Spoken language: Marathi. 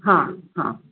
हां हां